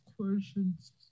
questions